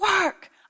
work